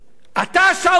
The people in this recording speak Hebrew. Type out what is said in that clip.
אתה, שאול מופז,